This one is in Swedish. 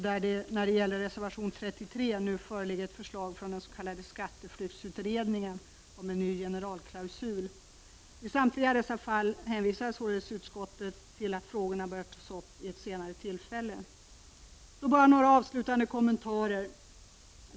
Det föreligger nu ett förslag från den s.k. skatteflyktsutredningen om en ny generalklausul, som tas upp i reservation 33. I samtliga dessa fall hänvisar utskottets således till att frågorna bör tas upp vid ett senare tillfälle. Jag vill också göra några avslutande kommentarer.